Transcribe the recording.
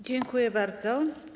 Dziękuję bardzo.